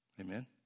Amen